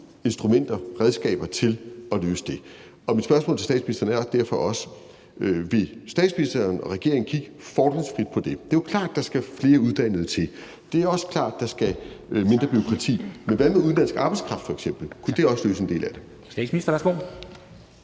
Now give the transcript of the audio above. instrumenter og redskaber til at løse det. Mit spørgsmål til statsministeren er derfor: Vil statsministeren og regeringen kigge fordomsfrit på det? Det er jo klart, at der skal flere uddannede til, og det er også klart, at der skal mindre bureaukrati til, men hvad med f.eks. udenlandsk arbejdskraft? Kunne det også løse en del af det?